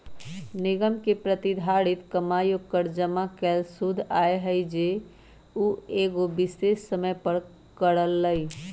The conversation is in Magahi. निगम के प्रतिधारित कमाई ओकर जमा कैल शुद्ध आय हई जे उ एगो विशेष समय पर करअ लई